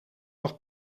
nog